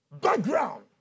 background